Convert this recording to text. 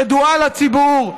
ידועה לציבור,